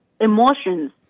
emotions